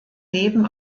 leben